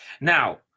Now